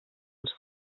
els